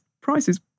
prices